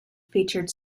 featured